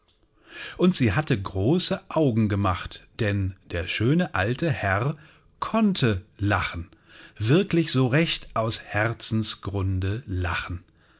und sie hatte große augen gemacht denn der schöne alte herr konnte lachen wirklich so recht aus herzensgrunde lachen